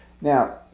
Now